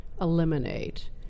eliminate